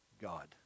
God